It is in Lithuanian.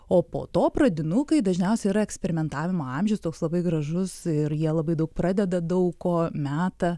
o po to pradinukai dažniausiai yra eksperimentavimo amžius toks labai gražus ir jie labai daug pradeda daug ko meta